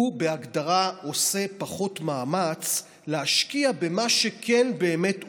הוא בהגדרה עושה פחות מאמץ להשקיע במה שכן באמת עובד,